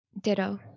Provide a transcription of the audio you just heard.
Ditto